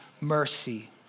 mercy